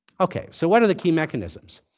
ok. so what are the key mechanisms?